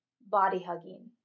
body-hugging